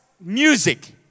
music